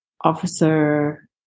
Officer